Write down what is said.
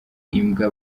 imbwa